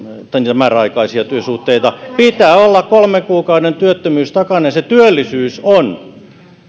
määräaikaisia työsuhteita pitää olla kolmen kuukauden työttömyys takana ja se työllisyys on